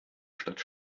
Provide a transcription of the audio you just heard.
statt